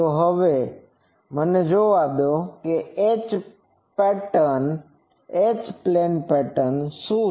હવે મને જોવા દો એચ પ્લેન પેટર્ન શું છે